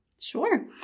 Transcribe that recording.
Sure